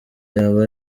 yaba